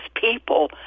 people